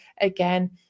again